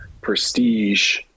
prestige –